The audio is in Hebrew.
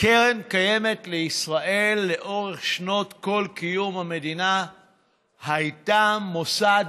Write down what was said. קרן קיימת לישראל לאורך שנות כל קיום המדינה הייתה מוסד